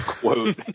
Quote